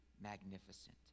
magnificent